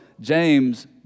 James